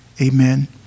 Amen